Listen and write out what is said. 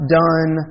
done